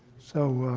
so